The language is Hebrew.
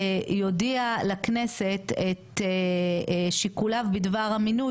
'יודיע לכנסת את שיקוליו בדבר המינוי